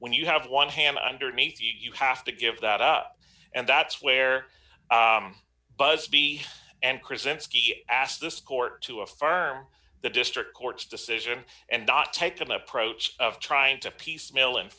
when you have one hand underneath you you have to give that up and that's where busby and cresent asked this court to affirm the district court's decision and not take an approach of trying to piecemeal and